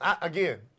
Again